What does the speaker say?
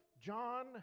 John